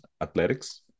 athletics